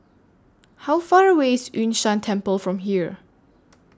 How Far away IS Yun Shan Temple from here